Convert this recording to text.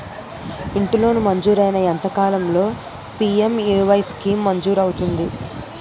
ఇంటి లోన్ మంజూరైన ఎంత కాలంలో పి.ఎం.ఎ.వై స్కీమ్ మంజూరు అవుతుంది?